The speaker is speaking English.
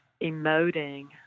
emoting